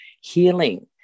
healing